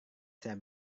saya